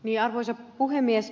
arvoisa puhemies